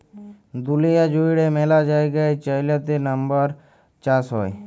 দুঁলিয়া জুইড়ে ম্যালা জায়গায় চাইলাতে লাম্বার চাষ হ্যয়